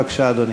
בבקשה, אדוני.